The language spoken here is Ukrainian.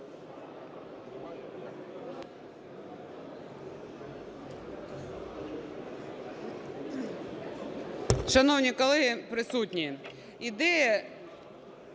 Шановні колеги, присутні, ідея